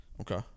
Okay